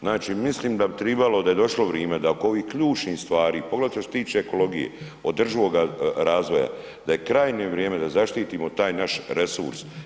Znači mislim da bi trebalo, da je došlo vrijeme da oko ovih ključnih stvari poglavito što se tiče ekologije, održivoga razvoja, da je krajnje vrijeme da zaštitimo taj naš resurs.